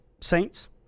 saints